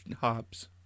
Hobbs